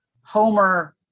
Homer